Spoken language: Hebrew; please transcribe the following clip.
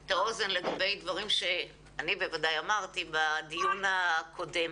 את האוזן לגבי דברים שאני בוודאי אמרתי בדיון הקודם.